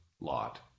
Lot